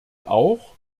auch